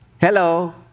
Hello